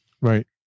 Right